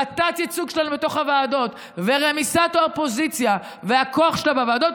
התת-ייצוג שלנו בתוך הוועדות ורמיסת האופוזיציה והכוח שלה בוועדות,